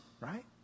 right